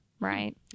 Right